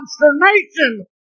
consternation